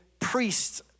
priests